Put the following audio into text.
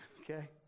okay